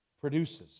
produces